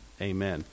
Amen